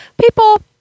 People